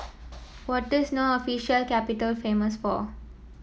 what this No official capital famous for